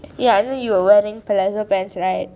ya I know you were wearing palazzo pants right